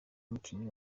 umukinnyi